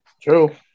True